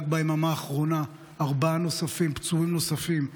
רק ביממה האחרונה ארבעה פצועים נוספים נפטרו.